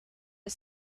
had